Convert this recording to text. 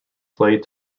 played